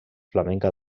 flamenca